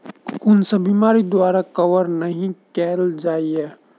कुन सब बीमारि द्वारा कवर नहि केल जाय है?